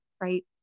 right